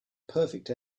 perfect